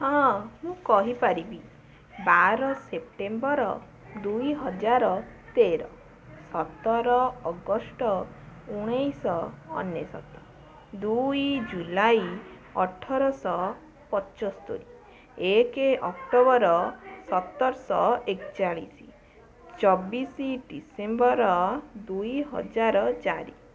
ହଁ ମୁଁ କହିପାରିବି ବାର ସେପ୍ଟେମ୍ବର ଦୁଇହଜାର ତେର ସତର ଅଗଷ୍ଟ ଉଣେଇଶହ ଅନେଶ୍ୱତ ଦୁଇ ଜୁଲାଇ ଅଠରଶହ ପଞ୍ଚସ୍ତୋରି ଏକେ ଅକ୍ଟୋବର ସତରଶହ ଏକଚାଳିଶି ଚବିଶି ଡିସେମ୍ବର ଦୁଇହଜାର ଚାରି